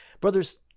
Brothers